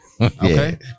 Okay